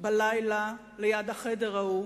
בלילה ליד החדר ההוא,